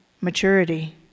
maturity